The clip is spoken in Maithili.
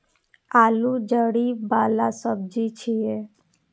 आलू जड़ि बला सब्जी छियै